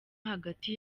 hagati